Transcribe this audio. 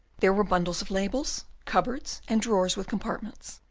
there were bundles of labels, cupboards, and drawers with compartments,